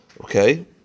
okay